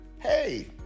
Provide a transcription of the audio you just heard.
Hey